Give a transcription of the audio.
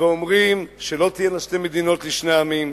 ואומרים שלא תהיינה שתי מדינות לשני עמים,